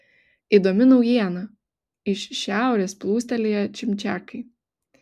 įdomi naujiena iš šiaurės plūstelėję čimčiakai